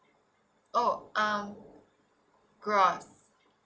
oh um gross